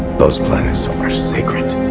those planets are sacred.